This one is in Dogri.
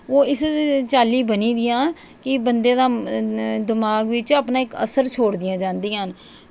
ओह् इस चाल्ली बनी दियां की बंदे दा अपने दमाग बिच इक्क असर छोड़दियां जांदियां न